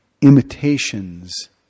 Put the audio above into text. imitations